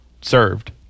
served